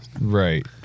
Right